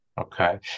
Okay